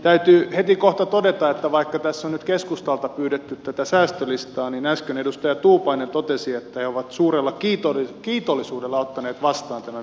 täytyy hetikohta todeta että vaikka tässä on nyt keskustalta pyydetty tätä säästölistaa niin äsken edustaja tuupainen totesi että he ovat suurella kiitollisuudella ottaneet vastaan tämän miljardin säästön